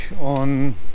on